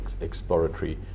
exploratory